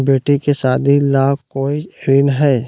बेटी के सादी ला कोई ऋण हई?